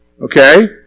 Okay